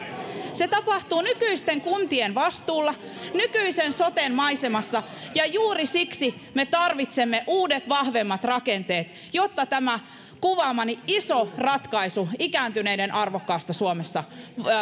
se tapahtuu nykyisten kuntien vastuulla nykyisen soten maisemassa ja juuri siksi me tarvitsemme uudet vahvemmat rakenteet jotta tämä kuvaamani iso ratkaisu ikääntyneiden arvokkaasta